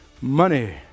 money